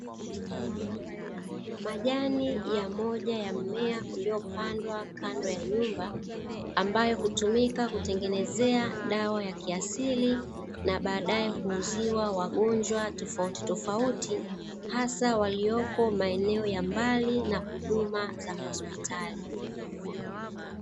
Majani ya moja ya mmea uliopandwa kando ya nyumba, ambayo hutumika kutengenezea dawa ya kiasili, na baadaye kuuziwa wagonjwa tofauti tofauti hasa walioko maeneo ya mbali na huduma za hospitali.